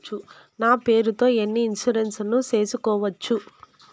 నా పేరుతో ఎన్ని ఇన్సూరెన్సులు సేసుకోవచ్చు?